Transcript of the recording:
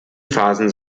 phasen